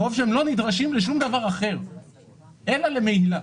והם לא נדרשים לשום דבר אחר אלא למהילה.